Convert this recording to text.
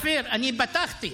אני פתחתי,